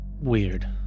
weird